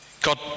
God